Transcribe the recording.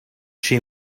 she